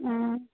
हाँ